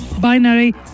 binary